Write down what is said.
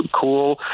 cool